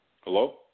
Hello